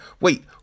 wait